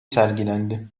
sergilendi